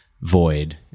void